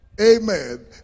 Amen